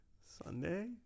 Sunday